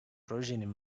projenin